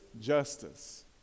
justice